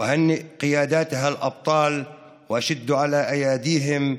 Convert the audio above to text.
מברך את מנהיגיה הגיבורים ומחזק את ידיהם: